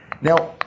Now